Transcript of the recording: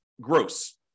gross